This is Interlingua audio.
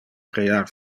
crear